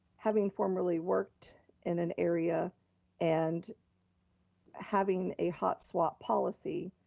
having formally worked in an area and having a hot swap policy,